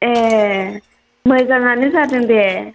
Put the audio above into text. ए मोजाङानो जादों दे